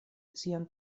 sian